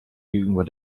gegenüber